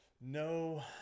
No